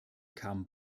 kamen